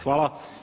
Hvala.